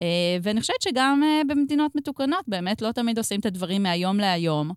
ואני חושבת שגם במדינות מתוקנות, באמת לא תמיד עושים את הדברים מהיום להיום.